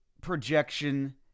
projection